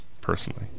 personally